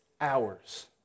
hours